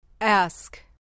Ask